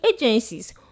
agencies